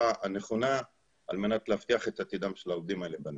הנכונה על מנת להבטיח את עתידם של העובדים האלה בנמל.